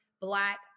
Black